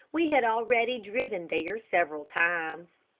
we had already driven there several times.